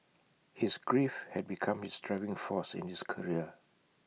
his grief had become his driving force in his career